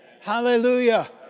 Hallelujah